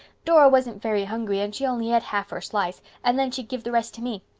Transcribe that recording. dora wasn't very hungry and she only et half her slice and then she give the rest to me.